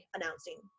announcing